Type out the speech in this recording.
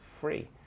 free